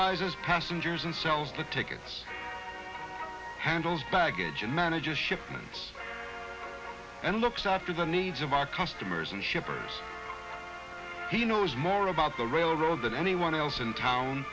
visors passengers and sells the tickets handles baggage and manages shipments and looks after the needs of our customers and shippers he knows more about the railroad than anyone else in town